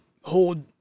hold